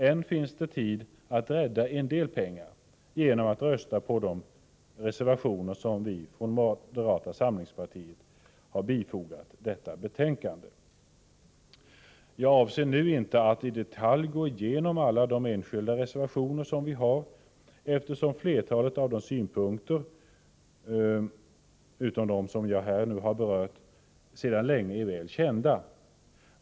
Än finns det tid att rädda en del pengar, om man röstar på de reservationer som vi från moderata samlingspartiet har fogat till detta betänkande. Jag avser inte att nu i detalj gå igenom alla de enskilda reservationerna, eftersom flertalet av synpunkterna — förutom dem som jag här har berört — sedan länge är väl kända.